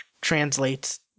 translates